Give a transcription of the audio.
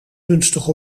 gunstig